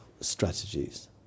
strategies